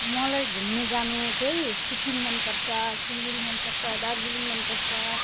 मलाई घुम्नु जानु चाहिँ सिक्किम मनपर्छ सिलगढी मनपर्छ दार्जिलिङ मनपर्छ